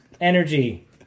Energy